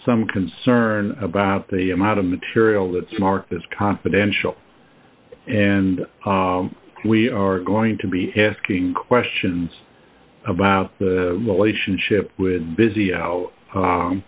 some concern about the amount of material that's marked as confidential and we are going to be f king questions about the relationship with busy out